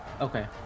Okay